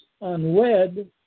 unwed